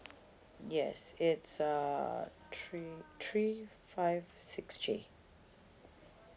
yes it's uh three three five six J